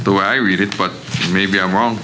the way i read it but maybe i'm wrong